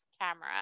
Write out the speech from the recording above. camera